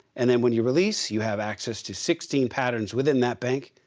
and then when you release, you have access to sixteen patterns within that bank,